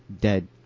dead